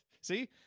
See